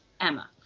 emma